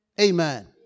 Amen